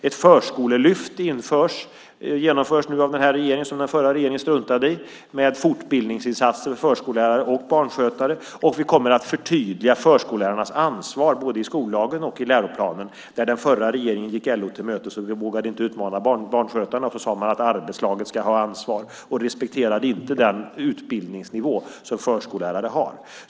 Ett förskollelyft genomförs nu av den här regeringen. Det var något som den förra regeringen struntade i. Det innehåller fortbildningsinsatser för förskollärare och barnskötare. Vi kommer att förtydliga förskollärarnas ansvar både i skollagen och i läroplanen. Den förra regeringen gick LO till mötes och vågade inte utmana barnskötarna. Man sade i stället att arbetslaget ska ha ansvar, och respekterade inte den utbildningsnivå som förskollärare har.